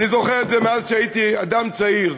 אני זוכר את זה מאז הייתי אדם צעיר,